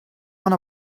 want